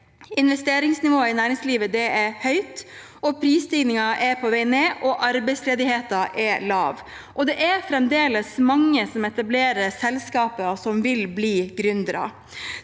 investeringsnivået i næringslivet er høyt, prisstigningen er på vei ned, og arbeidsledigheten er lav. Det er fremdeles mange som etablerer selskaper, og som vil bli gründere.